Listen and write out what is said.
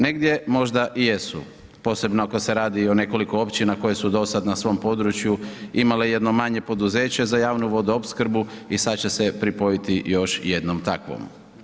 Negdje možda i jesu posebno ako se radi o nekoliko općina koje su do sada na svom području imale i jedno manje poduzeće za javnu vodoopskrbu i sada će se pripojiti još jednom takvom.